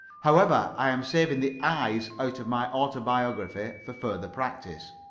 however, i am saving the i's out of my autobiography for further practice.